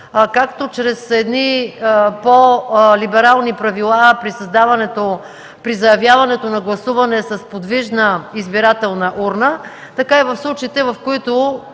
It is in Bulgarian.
както чрез по-либерални правила при заявяването на гласуване с подвижна избирателна урна, така и в случаите, в които